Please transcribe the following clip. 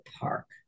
park